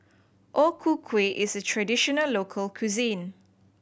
O Ku Kueh is a traditional local cuisine